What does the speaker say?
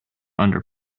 under